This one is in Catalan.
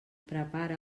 prepara